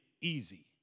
easy